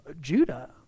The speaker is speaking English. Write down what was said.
Judah